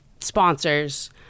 sponsors